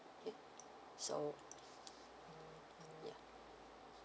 okay so yeah